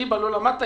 ליבה לא למדת,